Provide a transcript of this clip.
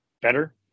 better